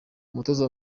umutoza